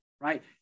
right